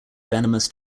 venomous